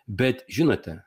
bet žinote